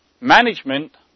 management